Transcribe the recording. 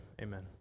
amen